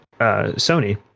Sony